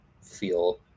feel